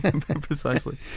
Precisely